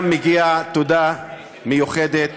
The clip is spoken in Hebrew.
גם מגיעה תודה מיוחדת